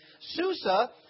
Susa